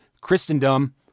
Christendom